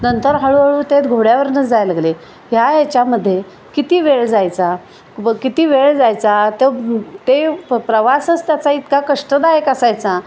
नंतर हळूहळू ते घोड्यावरनं जायला लागले ह्या याच्यामध्ये किती वेळ जायचा व किती वेळ जायचा त ते प प्रवासच त्याचा इतका कष्टदायक असायचा